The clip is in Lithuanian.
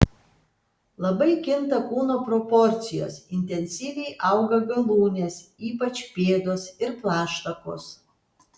labai kinta kūno proporcijos intensyviai auga galūnės ypač pėdos ir plaštakos